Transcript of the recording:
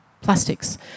plastics